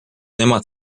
nemad